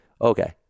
Okay